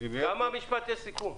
כמה משפטי סיכום.